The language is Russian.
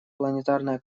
планетарная